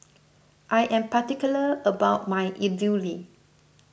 I am particular about my Idili